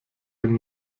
ein